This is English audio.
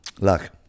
Luck